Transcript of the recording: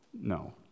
No